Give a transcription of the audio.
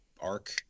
arc